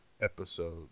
episode